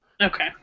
Okay